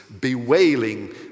bewailing